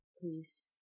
Please